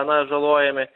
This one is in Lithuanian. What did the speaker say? na žalojami